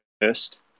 first